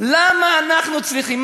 למה אנחנו צריכים?